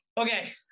Okay